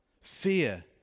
Fear